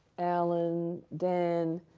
alan, dan,